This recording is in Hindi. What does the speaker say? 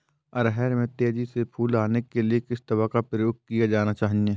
अरहर में तेजी से फूल आने के लिए किस दवा का प्रयोग किया जाना चाहिए?